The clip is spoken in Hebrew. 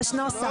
יש נוסח.